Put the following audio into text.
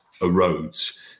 erodes